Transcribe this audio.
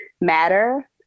Matter